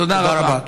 תודה רבה.